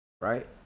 right